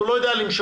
הוא לא יודע למשוך,